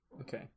Okay